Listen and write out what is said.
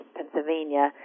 Pennsylvania